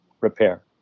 repair